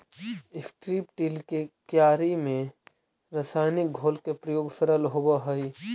strip till के क्यारि में रसायनिक घोल के प्रयोग सरल होवऽ हई